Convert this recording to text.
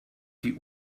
die